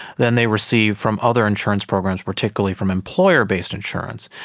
than they receive from other insurance programs, particularly from employer-based insurance.